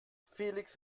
felix